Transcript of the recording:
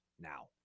now